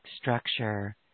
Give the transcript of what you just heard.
structure